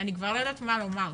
--- אני כבר לא יודעת מה לומר.